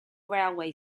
railway